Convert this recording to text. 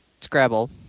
Scrabble